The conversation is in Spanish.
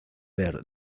ver